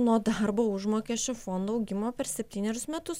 nuo darbo užmokesčio fondo augimo per septynerius metus